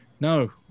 No